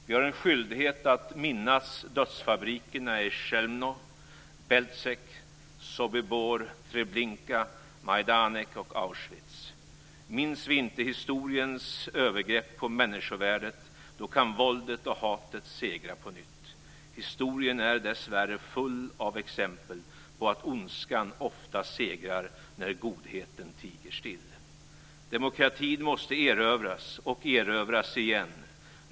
Vi har en skyldighet att minnas dödsfabrikerna i Auschwitz. Minns vi inte historiens övergrepp på människovärdet, då kan våldet och hatet segra på nytt. Historien är dessvärre full av exempel på att ondskan ofta segrar när godheten tiger still. Demokratin måste erövras, och erövras igen.